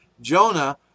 Jonah